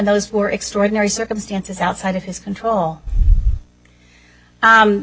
those were extraordinary circumstances outside of his control